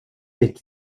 est